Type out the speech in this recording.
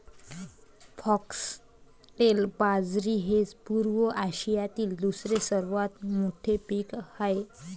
foxtail बाजरी हे पूर्व आशियातील दुसरे सर्वात मोठे पीक आहे